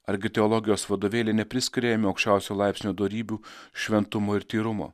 argi teologijos vadovėliai nepriskiria jam aukščiausio laipsnio dorybių šventumo ir tyrumo